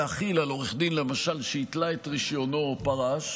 להחיל למשל על עורך דין שהתלה את רישיונו או פרש,